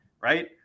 right